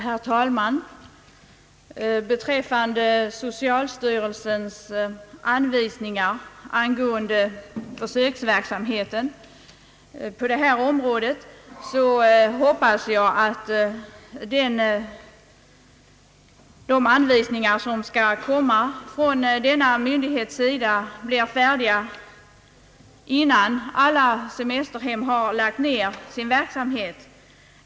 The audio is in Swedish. Herr talman! Vad beträffar socialstyrelsens anvisningar angående försöksverksamheten på detta område hoppas jag att de anvisningar som skall utfärdas av denna myndighet blir färdiga innan alla semesterhem har lagt ned sin verksamhet.